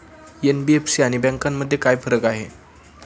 NBFC आणि बँकांमध्ये काय फरक आहे?